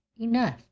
enough